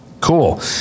cool